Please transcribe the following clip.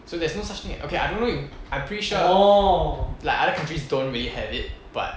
so there's no such thing okay I don't know if I'm pretty sure like other countries don't really have it but